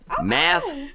Math